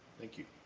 thank you.